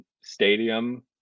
stadium